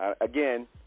again